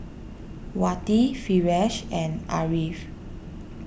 Wati Firash and Ariff